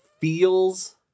feels